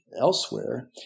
elsewhere